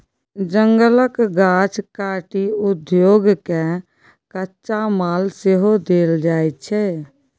जंगलक गाछ काटि उद्योग केँ कच्चा माल सेहो देल जाइ छै